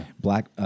Black